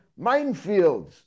minefields